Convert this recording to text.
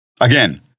Again